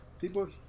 People